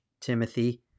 Timothy